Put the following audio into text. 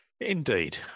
indeed